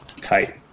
tight